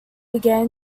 began